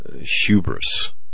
hubris